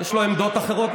יש לו עמדות אחרות.